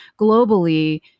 globally